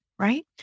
Right